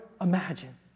imagine